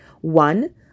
One